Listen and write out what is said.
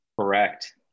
correct